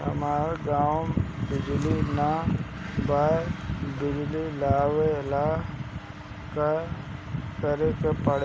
हमरा गॉव बिजली न बा बिजली लाबे ला का करे के पड़ी?